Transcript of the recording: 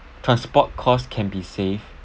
transport cost can be saved